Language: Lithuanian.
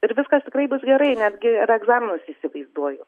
ir viskas tikrai bus gerai netgi ir egzaminus įsivaizduoju